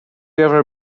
ever